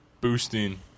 boosting